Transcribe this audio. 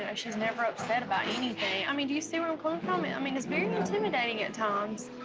and she's never upset about anything. i mean, do you see where i'm coming from? um and i mean it's very intimidating at times.